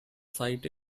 site